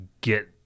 get